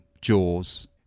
Jaws